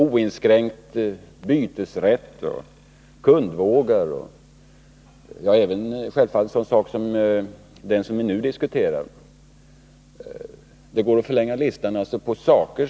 Oinskränkt bytesrätt, en sådan sak som den vi nu diskuterar, kundvågar m.m. — det går att förlänga listan — drar naturligtvis med sig kostnader.